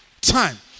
time